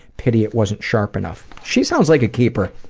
pity it wasn't sharp enough. she sounds like a keeper!